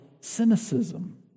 cynicism